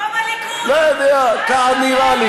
לא יודע, ככה נראה לי.